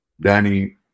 Danny